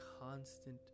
constant